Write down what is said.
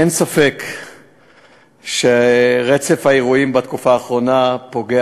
אין ספק שרצף האירועים בתקופה האחרונה פוגע